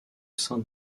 saint